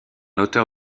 auteur